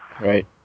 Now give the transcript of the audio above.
Right